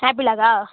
ஆப்பிளாக்கா